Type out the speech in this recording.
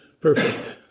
perfect